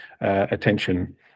attention